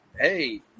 hey